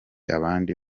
abandi